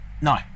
No